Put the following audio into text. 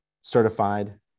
certified